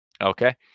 Okay